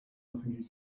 nothing